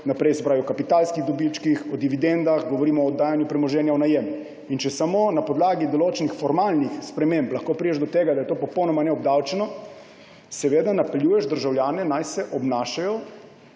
naprej o kapitalskih dobičkih, o dividendah, govorimo o oddajanju premoženja v najem. Če samo na podlagi določenih formalnih sprememb lahko prideš do tega, da je to popolnoma neobdavčeno, napeljuješ državljane, naj se obnašajo